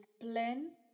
plan